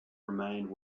remained